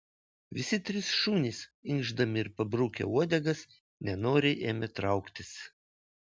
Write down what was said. visi trys šunys inkšdami ir pabrukę uodegas nenoriai ėmė trauktis